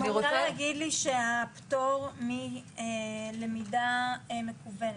את רוצה להגיד לי שהפטור מלמידה מקוונת,